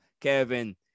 kevin